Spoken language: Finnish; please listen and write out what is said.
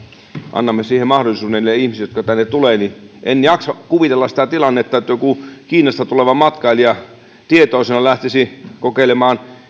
annamme siihen mahdollisuuden niille ihmisille jotka tänne tulevat en jaksa kuvitella sitä tilannetta että joku kiinasta tuleva matkailija tietoisena lähtisi kokeilemaan